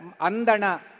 Andana